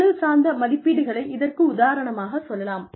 தொழில் சார்ந்த மதிப்பீடுகளை இதற்கு உதாரணமாகச் சொல்லலாம்